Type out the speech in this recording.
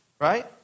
right